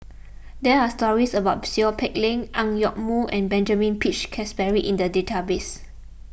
there are stories about Seow Peck Leng Ang Yoke Mooi and Benjamin Peach Keasberry in the database